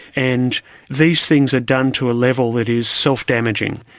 and these things are done to a level that is self-damaging.